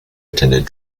attended